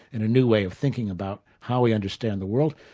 and a new way of thinking about how we understand the world.